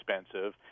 expensive